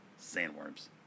sandworms